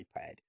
iPad